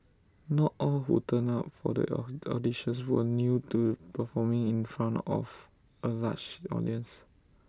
not all who turned up for the auditions were new to performing in front of A large audience